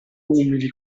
umili